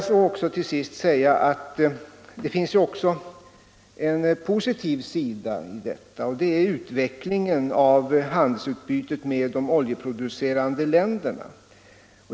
Låt mig till sist säga att det finns också en positiv sida i detta, nämligen utvecklingen av handelsutbytet med de oljeproducerande länderna.